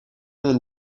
non